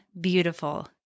beautiful